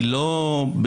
היא לא בהכרח,